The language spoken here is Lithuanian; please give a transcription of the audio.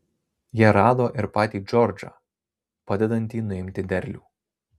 jie rado ir patį džordžą padedantį nuimti derlių